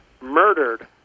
murdered